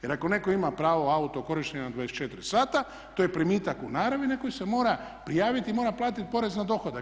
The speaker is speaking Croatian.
Jer ako netko ima pravo auto korištenje na 24 sata to je primitak u naravi na koju se mora prijaviti i mora platiti porez na dohodak.